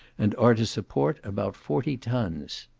and are to support about forty tons.